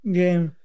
game